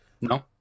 No